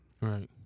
Right